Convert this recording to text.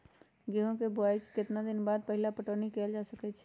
गेंहू के बोआई के केतना दिन बाद पहिला पटौनी कैल जा सकैछि?